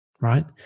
right